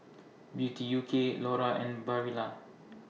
Beauty U K Laura and Barilla